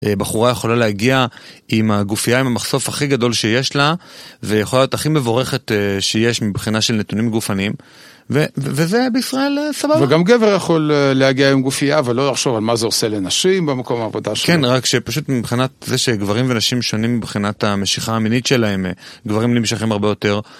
בחורה יכולה להגיע עם הגופייה, עם המחשוף הכי גדול שיש לה ויכולה להיות הכי מבורכת שיש מבחינה של נתונים גופניים וזה בישראל סבבה. וגם גבר יכול להגיע עם גופייה אבל לא יחשוב על מה זה עושה לנשים במקום העבודה שלהם. כן, רק שפשוט מבחינת זה שגברים ונשים שונים מבחינת המשיכה המינית שלהם, גברים נמשכים הרבה יותר.